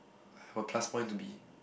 I'm a plus point to be